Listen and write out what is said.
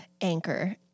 Anchor